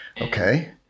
Okay